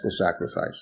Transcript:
sacrifice